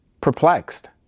perplexed